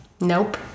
Nope